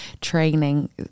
training